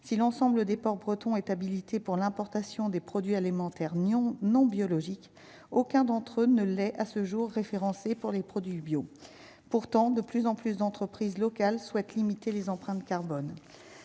si l'ensemble des ports bretons est habilité pour l'importation des produits alimentaires non non biologique, aucun d'entre eux ne l'ait à ce jour, référencés pour les produits bio, pourtant de plus en plus d'entreprises locales souhaitent limiter les empreinte carbone